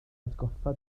atgoffa